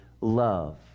love